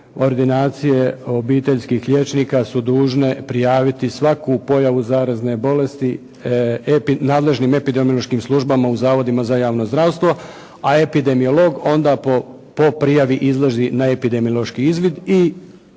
ordinacije obiteljskih liječnika su dužne prijaviti svaku pojavu zarazne bolesti nadležnih epidemiološkim službama u zavodima za javno zdravstvo, a epidemiolog onda po prijavi izlazi na epidemiološki izvid i